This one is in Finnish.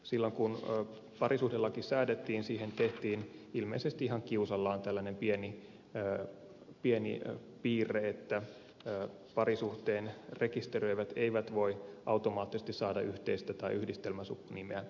silloin kun parisuhdelaki säädettiin siihen tehtiin ilmeisesti ihan kiusallaan tällainen pieni piirre että parisuhteen rekisteröivät eivät voi automaattisesti saada yhteistä tai yhdistelmäsukunimeä